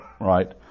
right